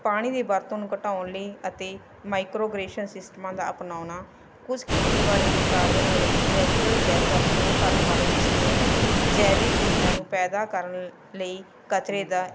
ਪਾਣੀ ਦੀ ਵਰਤੋਂ ਨੂੰ ਘਟਾਉਣ ਲਈ ਅਤੇ ਮਾਈਕਰੋਗਰੇਸ਼ਨ ਸਿਸਟਮਾਂ ਦਾ ਅਪਣਾਉਣਾ ਕੁਝ ਖੇਤੀਬਾੜੀ ਦੀ ਕਾਰਜ ਨਾਲ ਹੀ ਨੈਚੁਰਲ ਗੈਸ ਉਪਯੋਗ ਕਰਨ ਵਾਲੀ ਮਸ਼ੀਨ ਜੈਵੀਕ ਊਰਜਾ ਨੂੰ ਪੈਦਾ ਕਰਨ ਲਈ ਕਚਰੇ ਦਾ